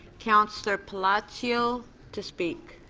councillor palacio to speak?